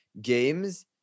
games